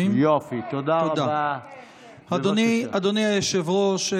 אדוני היושב-ראש,